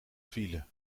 file